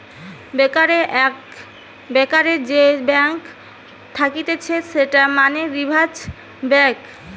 ব্যাংকারের যে ব্যাঙ্ক থাকতিছে সেটা মানে রিজার্ভ ব্যাঙ্ক